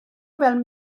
fel